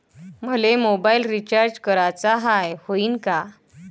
मले mobile recharge कराचा हाय, होईनं का?